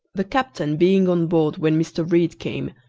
the captain being on board when mr. read came,